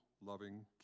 loving